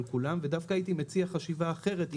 כולם ודווקא הייתי מציע חשיבה אחרת,